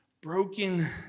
Broken